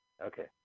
Okay